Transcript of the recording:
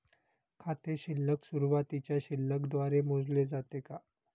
खाते शिल्लक सुरुवातीच्या शिल्लक द्वारे मोजले जाते का?